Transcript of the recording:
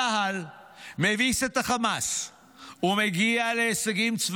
צה"ל מביס את חמאס,